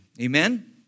Amen